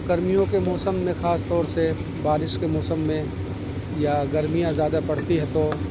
گرمیوں کے موسم میں خاص طور سے بارش کے موسم میں یا گرمیاں زیادہ پڑتی ہے تو